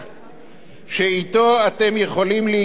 שאתו אתם יכולים להיכנס למדינת ישראל,